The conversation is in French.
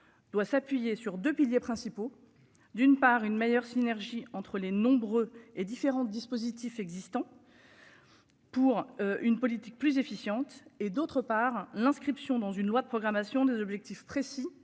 doit s'appuyer sur 2 piliers principaux, d'une part une meilleure synergie entre les nombreux et différents dispositifs existants. Pour une politique plus efficiente, et d'autre part, l'inscription dans une loi de programmation des objectifs précis